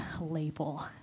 label